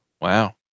Wow